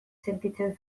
sentitzen